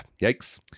Yikes